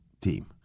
team